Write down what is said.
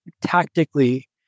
tactically